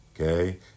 Okay